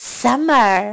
summer